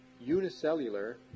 unicellular